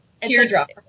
Teardrop